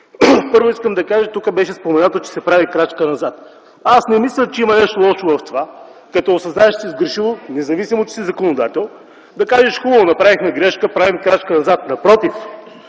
Първо, тук беше споменато, че се прави крачка назад. Аз не мисля, че има нещо лошо в това – като осъзнаеш, че си сгрешил, независимо че си законодател, да кажеш: „Хубаво, направихме грешка, правим крачка назад!” Напротив,